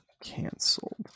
canceled